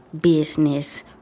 business